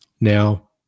Now